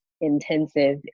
intensive